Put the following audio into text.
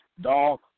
dog